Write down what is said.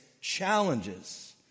challenges